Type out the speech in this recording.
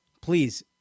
please